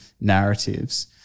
narratives